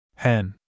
Hen